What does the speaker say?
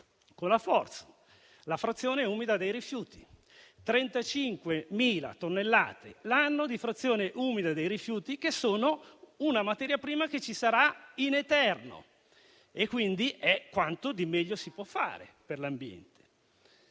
(FORSU), la frazione umida dei rifiuti: 35.000 tonnellate l'anno di frazione umida dei rifiuti sono una materia prima che ci sarà in eterno e quindi è quanto di meglio si può fare per l'ambiente.